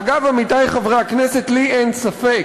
אגב, עמיתי חברי הכנסת, לי אין ספק